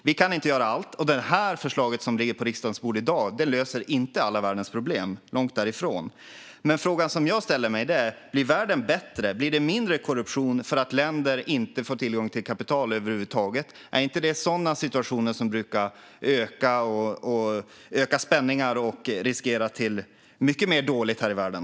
Vi kan inte göra allt. Det förslag som ligger på riksdagens bord i dag löser inte alla världens problem, långt ifrån. Men frågan som jag ställer mig är: Blir världen bättre, med mindre korruption, för att länder inte får tillgång till kapital över huvud taget? Är det inte sådana situationer som brukar öka spänningar och riskera att leda till mycket mer dåligt här i världen?